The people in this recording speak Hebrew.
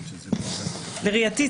בראייתי,